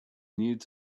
needed